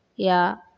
या